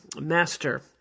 master